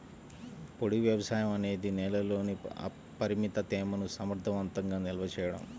పొడి వ్యవసాయం అనేది నేలలోని పరిమిత తేమను సమర్థవంతంగా నిల్వ చేయడం